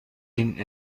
این